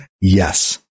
yes